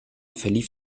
verlief